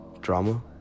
Drama